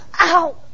ow